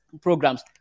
programs